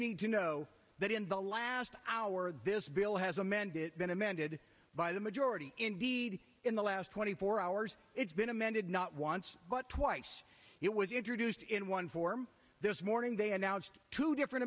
need to know that in the last hour this bill has amended been amended by the majority indeed in the last twenty four hours it's been amended not once but twice it was introduced in one form this morning they announced two different